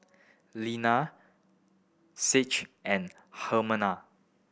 Lina Saige and Hermina